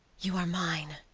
you are mine,